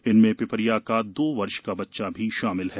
इनमें पिपरिया का दो वर्ष का बच्चा भी शामिल है